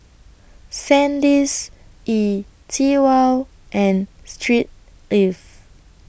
Sandisk E TWOW and Street Ives